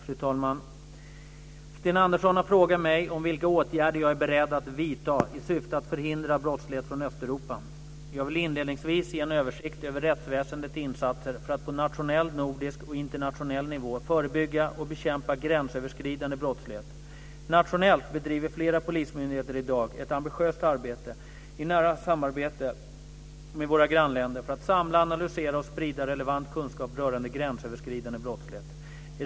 Fru talman! Sten Andersson har frågat mig om vilka åtgärder jag är beredd att vidta i syfte att förhindra brottslighet från Östeuropa. Jag vill inledningsvis ge en översikt över rättsväsendets insatser för att på nationell, nordisk och internationell nivå förebygga och bekämpa gränsöverskridande brottslighet. Nationellt bedriver flera polismyndigheter i dag ett ambitiöst arbete i nära samarbete med våra grannländer för att samla, analysera och sprida relevant kunskap rörande gränsöverskridande brottslighet.